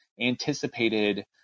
anticipated